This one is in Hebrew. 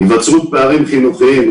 היווצרות פערים חינוכיים,